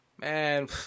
Man